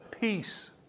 peace